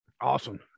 Awesome